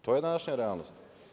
To je današnja realnost.